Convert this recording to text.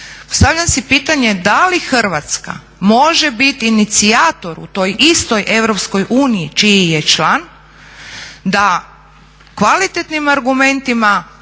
Postavljam si pitanje da li Hrvatska može biti inicijator u toj istoj EU čiji je član da kvalitetnim argumentima